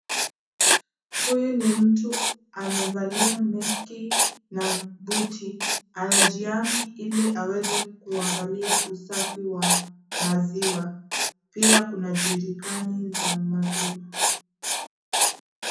Huyu ni mtu amevalia meski na buti, anajihami hili aweze kuangalia usafi wa maziwa , pia kuna jerikani za maziwa.